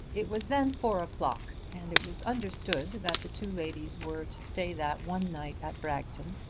it was then four o'clock, and it was understood that the two ladies were to stay that one night at bragton,